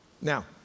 Now